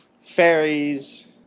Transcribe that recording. fairies